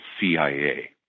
CIA